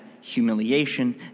humiliation